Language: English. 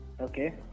okay